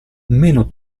meno